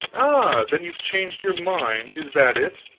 ah, then you've changed your mind, is that it?